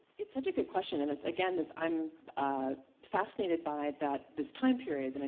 it's such a good question and it's again this. i'm ah fascinated by that this time period, and